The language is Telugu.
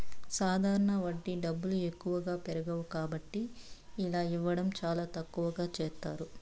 సాధారణ వడ్డీ డబ్బులు ఎక్కువగా పెరగవు కాబట్టి ఇలా ఇవ్వడం చాలా తక్కువగా చేస్తారు